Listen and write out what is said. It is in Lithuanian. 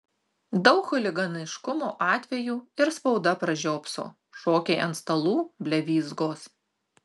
daug chuliganiškumo atvejų ir spauda pražiopso šokiai ant stalų blevyzgos